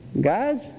guys